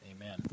amen